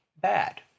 bad